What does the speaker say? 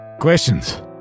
Questions